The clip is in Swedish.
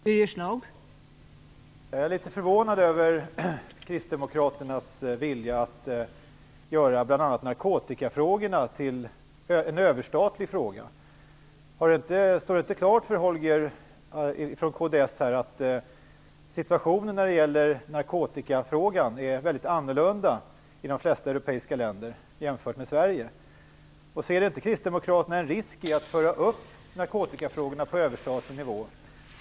Fru talman! Jag är litet förvånad över kristdemokraternas vilja att göra bl.a. narkotikafrågan till en överstatlig fråga. Står det inte klart för Holger Gustafsson att situationen när det gäller narkotikafrågan är väldigt annorlunda i de flesta europeiska länder jämfört med Sverige? Ser inte kristdemokraterna en risk i att föra upp narkotikafrågorna på överstatlig nivå?